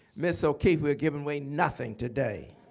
ms. o'keeffe, we're giving away nothing today.